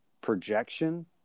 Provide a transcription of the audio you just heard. projection